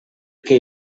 que